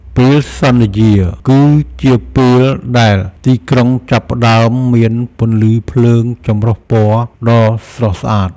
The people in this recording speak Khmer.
ពេលសន្ធ្យាគឺជាពេលដែលទីក្រុងចាប់ផ្តើមមានពន្លឺភ្លើងចម្រុះពណ៌ដ៏ស្រស់ស្អាត។